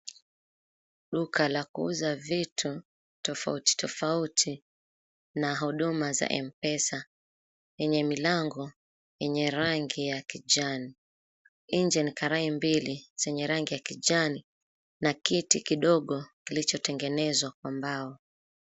Duka la kuuza vitu tofauti tofauti, na huduma za M-pesa, yenye milango yenye rangi ya kijani. Nje ni karai mbili zenye rangi ya kijani, na kiti kidogo kilichotengenezwa kwa mbao.